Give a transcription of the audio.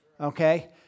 okay